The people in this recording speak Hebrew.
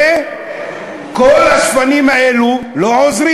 כל השפנים האלה לא עוזרים.